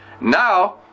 Now